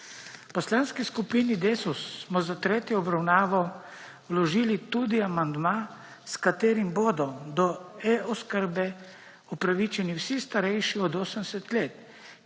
Poslanski skupini Desus smo za tretjo obravnavo vložili tudi amandma s katerim bodo do e-oskrbe upravičeni vsi starejši od 80 let,